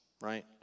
right